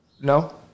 no